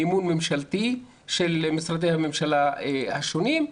מימון ממשלתי של משרדי הממשלה השונים.